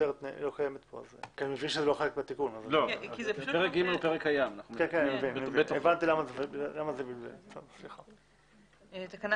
7א.תיקון